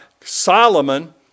Solomon